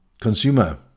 consumer